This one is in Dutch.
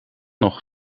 nog